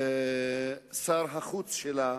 שר החוץ שלה,